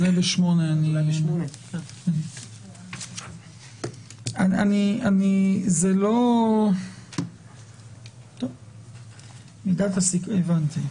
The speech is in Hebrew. זה בסעיף 8. הבנתי.